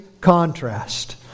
contrast